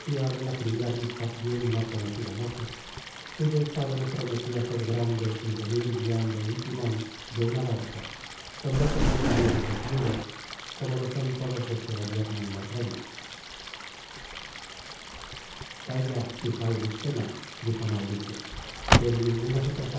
cautivar de la primera vista de un no conocido mozo cuyo estado no prometia ser grande el venir guiando un timon de una barca con doce compañeros desnudos como lo son todos los que gobiernan los remos calla hija auristela dijo mauricio que en ningunas